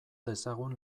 dezagun